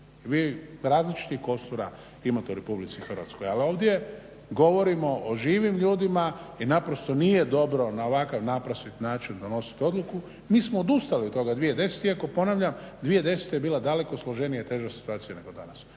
Vi različitih kostura imate u Republici Hrvatskoj ali ovdje govorimo o živim ljudima i naprosto nije dobro na ovakav naprostit način donositi odluku, mi smo odustali od toga 2010. iako ponavljam 2010. je bila daleko složenija i teža situacija nego danas.